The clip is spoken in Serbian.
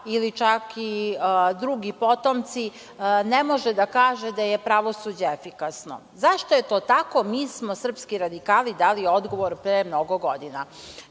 ili čak i drugi potomci, ne može da kaže da je pravosuđe efikasno. Zašto je to tako, mi smo srpski radikali dali odgovor pre mnogo godina. Kada